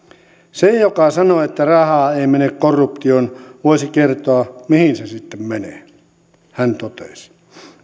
se joka sanoo että rahaa ei mene korruptioon voisi kertoa mihin se sitten menee hän totesi